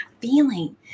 Feeling